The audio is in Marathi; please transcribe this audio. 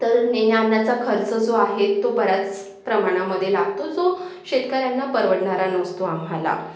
तर नेण्या आणण्याचा खर्च जो आहे तो बऱ्याच प्रमाणामध्ये लागतो जो शेतकऱ्यांना परवडणारा नसतो आम्हाला